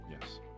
yes